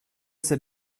c’est